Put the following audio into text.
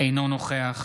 אינו נוכח